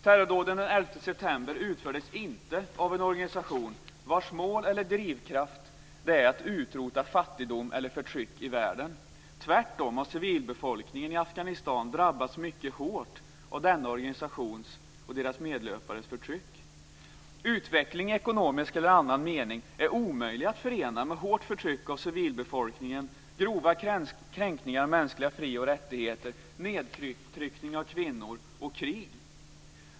Terrordåden den 11 september utfördes inte av en organisation vars mål eller drivkraft det är att utrota fattigdom eller förtryck i världen. Tvärtom har civilbefolkningen i Afghanistan drabbats mycket hårt av denna organisations och dess medlöpares förtryck. Utveckling i ekonomisk eller annan mening är omöjlig att förena med hårt förtryck av civilbefolkningen, grova kränkningar av mänskliga fri och rättigheter, nedtryckning av kvinnor och krig.